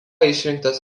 išrinktas